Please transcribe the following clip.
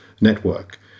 network